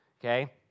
okay